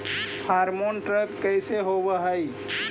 Pheromone trap कैसे होब हई?